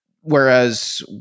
Whereas